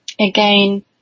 again